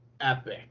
epic